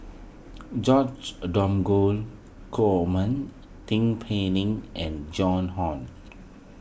George Dromgold Coleman Tin Pei Ling and Joan Hon